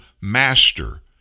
master